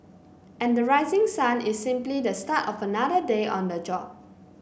and the rising sun is simply the start of another day on the job